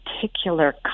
particular